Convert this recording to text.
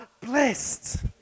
blessed